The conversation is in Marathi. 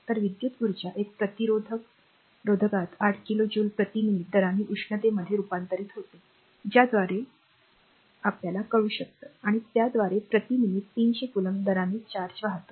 तर विद्युत् उर्जा एका प्रतिरोधकात 8 किलो ज्यूल प्रति मिनिट दराने उष्णतेमध्ये रुपांतरित होते ज्याद्वारे कॉल आणि आणि त्याद्वारे प्रति मिनिट 300 कोलॉम्ब दराने चार्ज वाहते